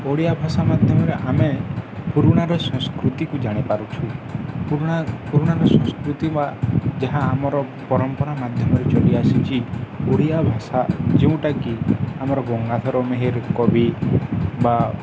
ଓଡ଼ିଆ ଭାଷା ମାଧ୍ୟମରେ ଆମେ ପୁରୁଣାର ସଂସ୍କୃତିକୁ ଜାଣିପାରୁଛୁ ପୁରୁଣା ପୁରୁଣାର ସଂସ୍କୃତି ବା ଯାହା ଆମର ପରମ୍ପରା ମାଧ୍ୟମରେ ଚାଲିଆସିଛି ଓଡ଼ିଆ ଭାଷା ଯେଉଁଟାକି ଆମର ଗଙ୍ଗାଧର ମେହେର କବି ବା